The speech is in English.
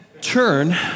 Turn